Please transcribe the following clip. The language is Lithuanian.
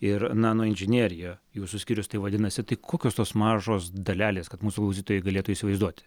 ir nanoinžinerija jūsų skyrius vadinasi tai kokios tos mažos dalelės kad mūsų klausytojai galėtų įsivaizduoti